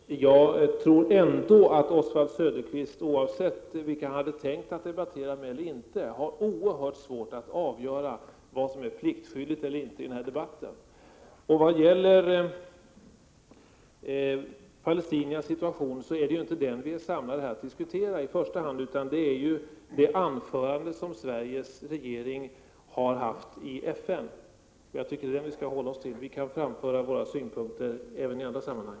Herr talman! Jag tror ändå att Oswald Söderqvist, oavsett vilka han hade tänkt debattera med, har oerhört svårt att avgöra vad som är pliktskyldigt eller inte i den här debatten. Vad gäller palestiniernas situation är det ju inte den vi är samlade här för att diskutera i första hand, utan det är det anförande som Sveriges regering höll i FN. Jag tycker att det är det vi skall hålla oss till. Vi kan framföra våra synpunkter även i andra sammanhang.